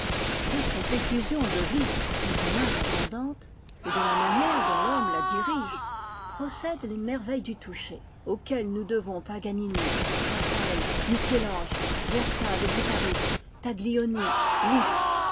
de cette effusion de vie plus ou moins abondante et de la manière dont l'homme la dirige procèdent les merveilles du toucher auxquelles nous devons paganini raphaël michel-ange huerta le guitariste taglioni liszt